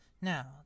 Now